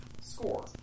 Score